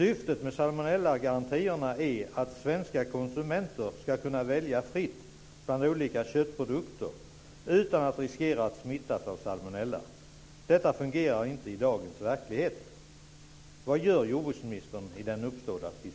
Syftet med salmonellagarantierna är att svenska konsumenter ska kunna välja fritt bland olika köttprodukter utan att riskera att smittas av salmonella. Detta fungerar inte i dagens verklighet.